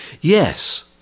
Yes